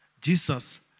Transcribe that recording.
Jesus